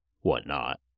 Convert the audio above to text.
whatnot